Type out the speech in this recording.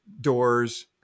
doors